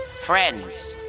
Friends